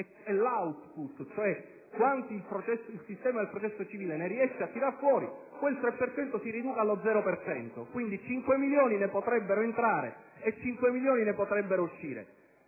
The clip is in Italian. e l'*output,* cioè quanto il sistema del processo civile ne riesce a tirar fuori, si riduca allo zero per cento; quindi 5 milioni ne potrebbero entrare e 5 milioni ne potrebbero uscire.